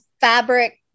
fabric